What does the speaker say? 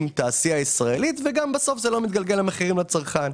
תעשייה ישראלית וגם בסוף זה לא מתגלגל למחירים לצרכן.